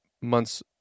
Months